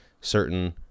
certain